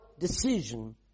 decision